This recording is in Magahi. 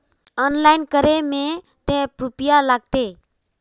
ऑनलाइन करे में ते रुपया लगते?